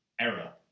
era